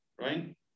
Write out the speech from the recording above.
Right